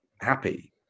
happy